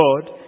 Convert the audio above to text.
God